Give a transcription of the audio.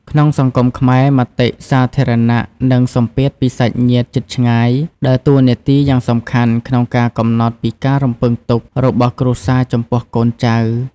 ក្នុងសង្គមខ្មែរ មតិសាធារណៈ និងសម្ពាធពីសាច់ញាតិជិតឆ្ងាយ ដើរតួនាទីយ៉ាងសំខាន់ក្នុងការកំណត់ពីការរំពឹងទុករបស់គ្រួសារចំពោះកូនចៅ។